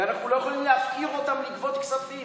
ואנחנו לא יכולים להפקיר אותם לגבות כספים.